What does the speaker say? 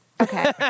Okay